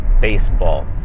baseball